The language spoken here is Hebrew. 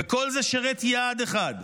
וכל זה שירת יעד אחד,